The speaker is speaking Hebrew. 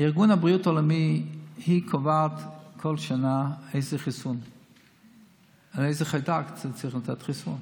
ארגון הבריאות העולמי קובע כל שנה לאיזה חיידק צריך לתת חיסון.